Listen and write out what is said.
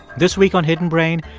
this week on hidden brain,